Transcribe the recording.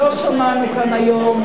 לא שמענו כאן היום,